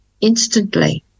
instantly